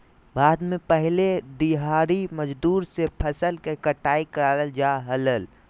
भारत में पहले दिहाड़ी मजदूर से फसल के कटाई कराल जा हलय